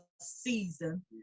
season